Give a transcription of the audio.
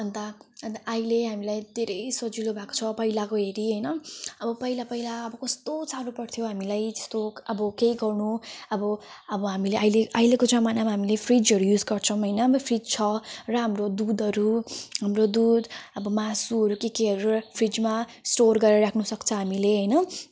अनि त अनि त अहिले हामीलाई धेरै सजिलो भएको छ पहिलाको हेरी हैन अब पहिला पहिला अब कस्तो सारो पर्थ्यो हामीलाई त्यस्तो अब केही गर्नु अब अब हामीले अहिले अहिलेको जमानामा हामीले फ्रिजहरू युज गर्छौँ हैन अब फ्रिज छ र हाम्रो दुधहरू हाम्रो दुध अब मासुहरू के केहरू फ्रिजमा स्टोर गरेर राख्नु सक्छ हामीले हैन